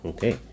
Okay